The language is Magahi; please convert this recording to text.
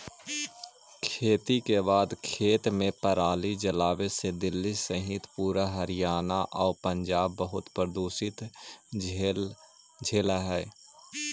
खेती के बाद खेत में पराली जलावे से दिल्ली सहित पूरा हरियाणा आउ पंजाब बहुत प्रदूषण झेलऽ हइ